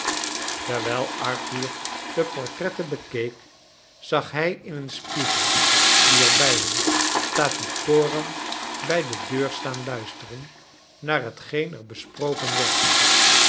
terwijl arthur de portret ten bekeek zag hij in een spiegel die er bij hing tattycoram bij de deur staan luisteren naar hetgeen er besproken werd